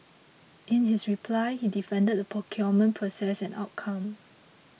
in his reply he defended the procurement process and outcome